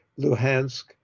Luhansk